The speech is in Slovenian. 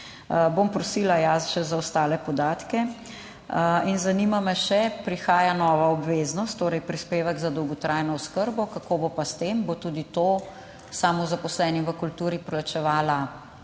Bom prosila, ja, še za ostale podatke. Zanima me še, prihaja nova obveznost, torej prispevek za dolgotrajno oskrbo. Kako bo pa s tem? Bo tudi to samozaposlenim v kulturi plačevalo